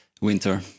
Winter